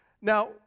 Now